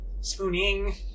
spooning